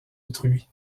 autrui